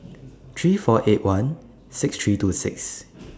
three four eight one six three two six